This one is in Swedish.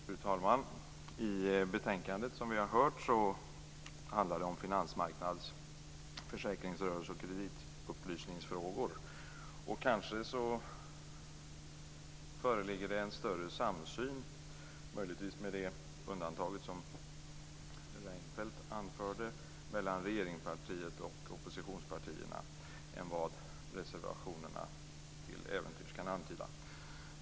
Fru talman! Betänkandet handlar, som vi hört, om finansmarknads-, försäkringsrörelse och kreditupplysningsfrågor. Kanske föreligger en större samsyn nu, möjligen med det undantag som Fredrik Reinfeldt anförde, mellan regeringspartiet och oppositionspartierna än vad reservationerna till äventyrs kan antyda.